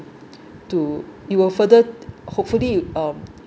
to it will further hopefully um